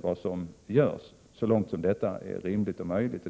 vad som görs så långt som detta är rimligt och möjligt.